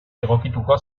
egokituko